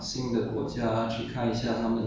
oh 旅游 ah